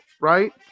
right